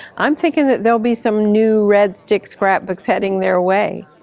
i'm thinking that there'll be some new red stick scrapbooks heading their way.